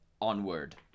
onward